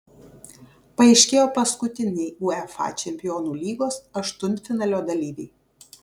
paaiškėjo paskutiniai uefa čempionų lygos aštuntfinalio dalyviai